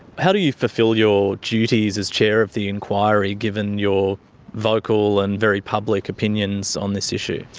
how do you fulfil your duties as chair of the inquiry given your vocal and very public opinions on this issue?